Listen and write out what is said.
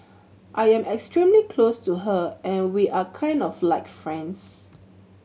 I am extremely close to her and we are kind of like friends